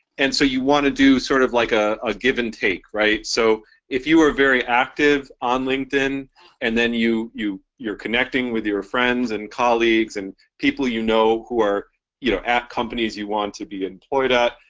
and so you want to do sort of like a ah give-and-take right? so if you are very active on linkedin and then you you you're connecting with your friends and colleagues and people you know who are you know at companies you want to be employed at,